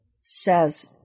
says